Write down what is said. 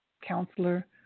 counselor